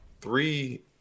three